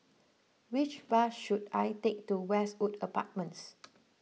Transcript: which bus should I take to Westwood Apartments